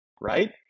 right